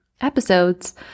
episodes